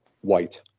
white